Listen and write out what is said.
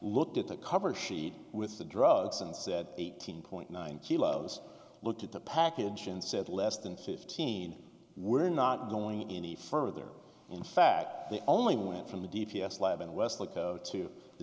looked at the cover sheet with the drugs and said eighteen point nine kilos looked at the package and said less than fifteen we're not going any further in fact they only went from the d p s lab in weslaco to the